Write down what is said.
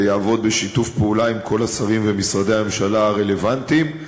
ויעבוד בשיתוף פעולה עם כל השרים ומשרדי הממשלה הרלוונטיים,